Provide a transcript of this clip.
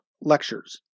lectures